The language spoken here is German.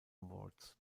awards